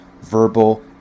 verbal